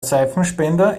seifenspender